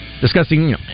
discussing